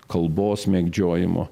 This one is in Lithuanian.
kalbos mėgdžiojimo